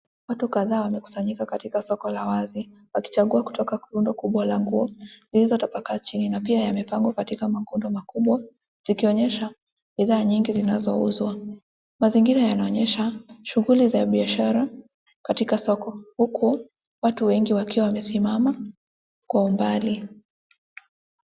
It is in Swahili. Watu kadhaa wamekusanyika katika soko la wazi wakichagua kutoka rundo kubwa la nguo zilizotapakaa chini na pia yamepangwa katika makundi makubwa zikionyesha bidhaa nyingi zinazouzwa, mazingira yanaonyesha shughuli za biashara katika soko huku watu wengi wakiwa wamesimama kwa umbali.